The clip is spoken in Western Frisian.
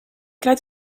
krijt